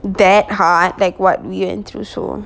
that hard like what we went through so